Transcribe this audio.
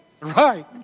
Right